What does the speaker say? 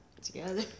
Together